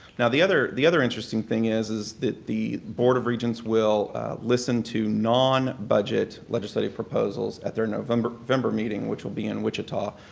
now, the other the other interesting thing is is that the board of regents will listen to non-budget non-budget legislative proposals at their november november meeting, which will be in wichita.